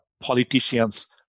politicians